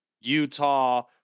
Utah